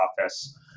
office